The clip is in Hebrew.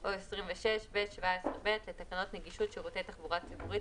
או 26(ב)(17)(ב) לתקנות נגישות שירותי תחבורה ציבורית,